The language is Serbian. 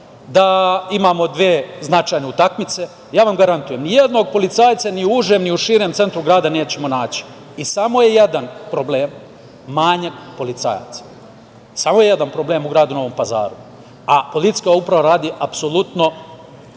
da imamo dve značajne utakmice, ja vam garantujem, nijednog policajca ni u užem ni u širem centru grada nećemo naći. Samo je jedan problem – manjak policajaca. Samo je jedan problem u gradu Novom Pazaru, a policijska uprava radi apsolutno